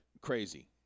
Crazy